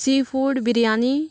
sea food biryani